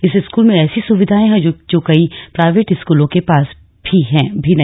इस स्कूल में ऐसी सुविधाए हैं जो कई प्राइवेट स्कूलों के पास भी नहीं